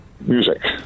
Music